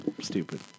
Stupid